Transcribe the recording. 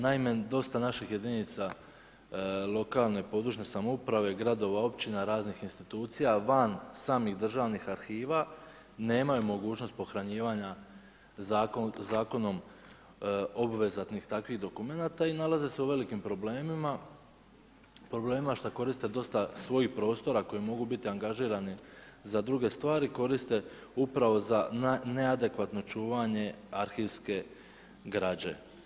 Naime, dosta naših jedinica lokalne i područne samouprave, gradova, općina, raznih institucija van samih državnih arhiva nemaju mogućnost pohranjivanja zakonom obvezatnih takvih dokumenata i nalaze se u velikim problemima šta koriste dosta svojih prostora koji mogu biti angažirani za dr. stvari, koriste upravo za neadekvatno čuvanje arhivske građe.